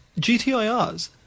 GTIRs